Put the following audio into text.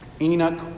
Enoch